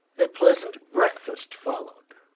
a pleasant breakfast followed,